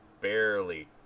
barely